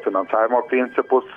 finansavimo principus